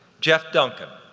jeff duncan.